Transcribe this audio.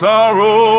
Sorrow